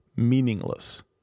Meaningless